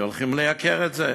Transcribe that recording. כי הולכים לייקר את זה.